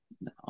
No